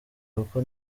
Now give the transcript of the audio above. kuko